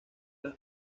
las